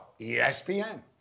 ESPN